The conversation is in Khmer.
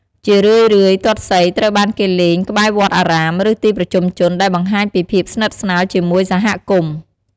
ជារឿយៗ ទាត់សីត្រូវបានគេលេងក្បែរវត្តអារាម ឬទីប្រជុំជន ដែលបង្ហាញពីភាពស្និទ្ធស្នាលជាមួយសហគមន៍។